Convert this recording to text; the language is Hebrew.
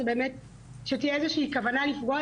הדברים האלה נכונים גם לכם, משרד המשפטים.